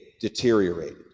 deteriorated